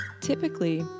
typically